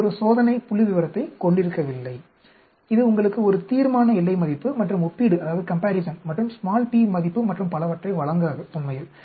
இது ஒரு சோதனை புள்ளிவிவரத்தைக் கொண்டிருக்கவில்லை இது உங்களுக்கு ஒரு தீர்மான எல்லை மதிப்பு மற்றும் ஒப்பீடு மற்றும் p மதிப்பு மற்றும் பலவற்றை வழங்காது உண்மையில்